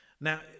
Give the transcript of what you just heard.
now